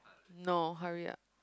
no hurry up